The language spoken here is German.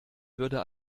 würde